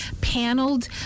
paneled